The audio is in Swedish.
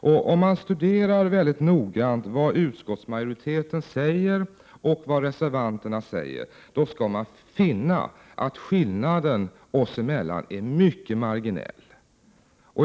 Om man noga studerar vad vi i utskottsmajoriteten säger och vad ni reservanter säger, finner man att skillnaden oss emellan är mycket marginell.